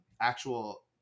actual